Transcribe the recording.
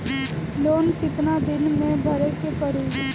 Loan कितना दिन मे भरे के पड़ी?